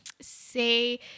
say